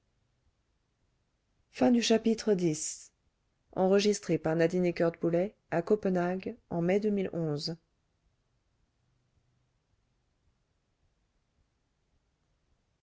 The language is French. à fait en